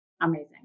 Amazing